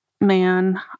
man